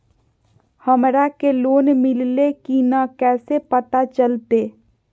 हमरा के लोन मिल्ले की न कैसे पता चलते?